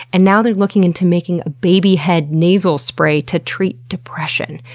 and now they're looking into making baby head nasal spray to treat depression.